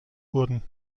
wurden